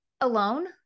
alone